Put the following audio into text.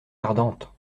ardente